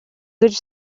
гэж